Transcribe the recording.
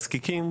תזקיקים,